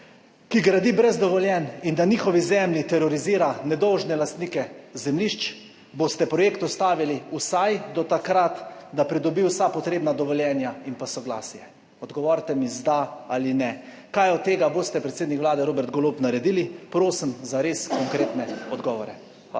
ki gradi brez dovoljenj in na njihovi zemlji terorizira nedolžne lastnike zemljišč? Boste projekt ustavili vsaj do takrat, da pridobi vsa potrebna dovoljenja in pa soglasje? Odgovorite mi z da ali ne. Kaj od tega boste, predsednik Vlade Robert Golob, naredili? Prosim za res konkretne odgovore. Hvala.